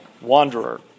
wanderer